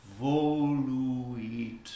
voluit